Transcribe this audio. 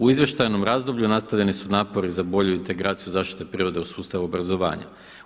U izvještajnom razdoblju nastavljeni su napori za bolju integraciju zašite prirode u sustavu obrazovanja.